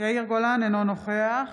אינו נוכח